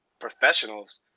professionals